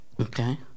Okay